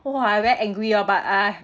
!wah! I very angry oh but uh